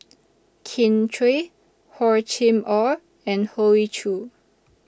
Kin Chui Hor Chim Or and Hoey Choo